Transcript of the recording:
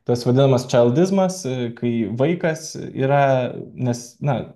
tas vadinamas čeldizmas kai vaikas yra nes na